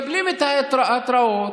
והתחלת לעצור אותי מהדקה הרביעית.